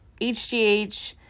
HGH